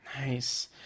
nice